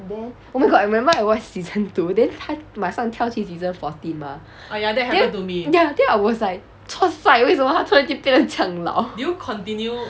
then oh my god I remember I watch season two then 他马上挑去 season fourteen mah then ya then I was like chua sai 为什么他突然间变得这样老